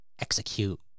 execute